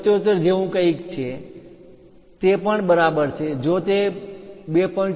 77 જેવું કંઈક છે તે પણ બરાબર છે જો તે 2